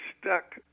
stuck